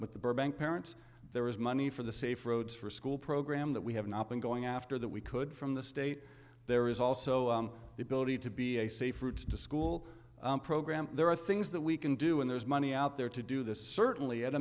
with the burbank parents there was money for the safe roads for school program that we have not been going after that we could from the state there is also the ability to be a safe route to school program there are things that we can do and there's money out there to do this certainly at a